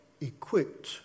equipped